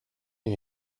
you